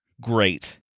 great